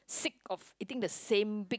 sick of eating the same big